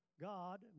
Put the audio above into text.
God